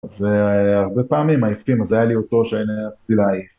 אז הרבה פעמים עייפים, אז היה לי אותו שרציתי להעיף.